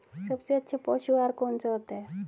सबसे अच्छा पशु आहार कौन सा होता है?